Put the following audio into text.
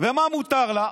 ומה מותר לה,